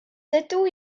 dydw